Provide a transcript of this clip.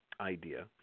idea